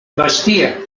vestia